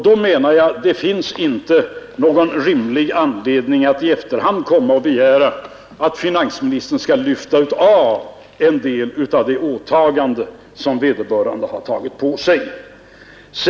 Då menar jag att det inte finns någon rimlig anledning att i efterhand komma och begära att finansministern skall lyfta av en del av de åtaganden som vederbörande tagit på sig.